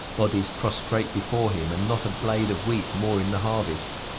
bodies prostrate before him, and not a blade of wheat more in the harvest!